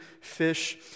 fish